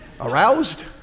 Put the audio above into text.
aroused